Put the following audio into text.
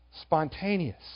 spontaneous